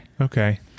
Okay